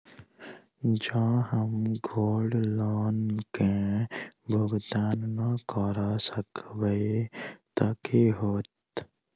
जँ हम gold loan केँ भुगतान न करऽ सकबै तऽ की होत?